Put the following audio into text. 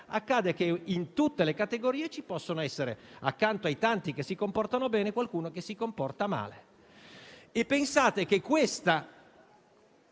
accade che in tutte le categorie ci possa essere, accanto ai tanti che si comportano bene, qualcuno che si comporta male.